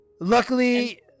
luckily